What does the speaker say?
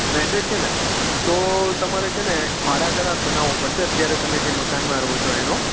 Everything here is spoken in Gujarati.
રેનટેડ છે ને તો તમારે છે ને ભાડા કરાર બનાવવો પડશે અત્યારે તમે જે મકાનમાં રહો છો એનો